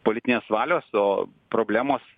politinės valios o problemos